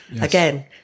again